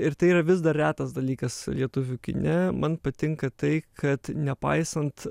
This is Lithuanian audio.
ir tai yra vis dar retas dalykas lietuvių kine man patinka tai kad nepaisant